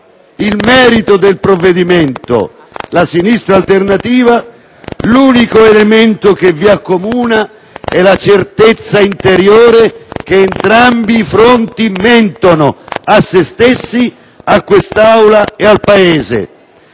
il merito del provvedimento, ovvero la sinistra alternativa, l'unico elemento che li accomuna, è la certezza interiore che entrambi i fronti mentono a se stessi, a quest'Aula e al Paese.